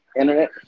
Internet